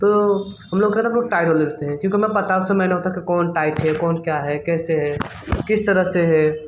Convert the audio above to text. तो हम लोग है ना टाइट वाला लेते हैं क्योंकि हमें पता है उस समय ना होता है कि कौन टाइट है कौन क्या है कैसे है किस तरह से है